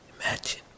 Imagine